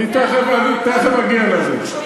אני תכף אגיע לזה.